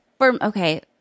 okay